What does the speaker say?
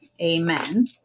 Amen